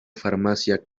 farmacia